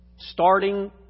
Starting